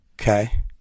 Okay